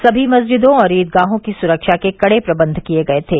सभी मस्जिदों और ईदगाहों की सुरक्षा के कड़े प्रबंध किए गये थे